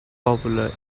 popular